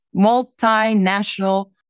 multinational